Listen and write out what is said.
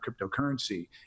cryptocurrency